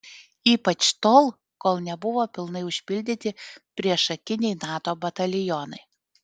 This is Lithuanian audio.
ypač tol kol nebuvo pilnai užpildyti priešakiniai nato batalionai